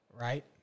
right